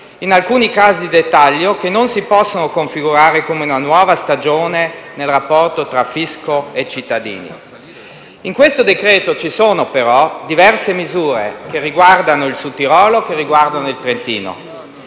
in alcuni casi di dettaglio, che non si possono configurare come una nuova stagione nel rapporto tra fisco e cittadini. In questo decreto-legge ci sono, tuttavia, diverse misure che riguardano il Sud Tirolo e il Trentino.